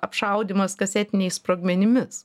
apšaudymas kasetiniais sprogmenimis